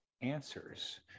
answers